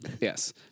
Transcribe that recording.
Yes